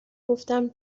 گفتم